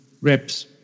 reps